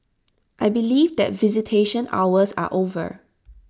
I believe that visitation hours are over